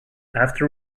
after